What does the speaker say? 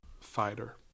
fighter